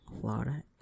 Florida